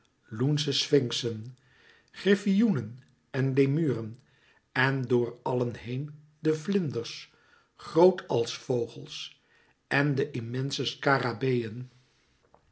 loensche sfinxen griffioenen en lemuren en door allen heen de vlinders groot als vogels en de immense